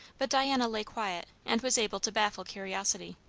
but diana lay quiet, and was able to baffle curiosity.